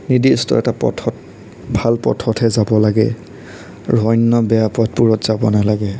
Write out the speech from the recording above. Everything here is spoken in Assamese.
নিৰ্দিষ্ট এটা পথত ভাল পথতহে যাব লাগে আৰু অন্য বেয়া পথবোৰত যাব নালাগে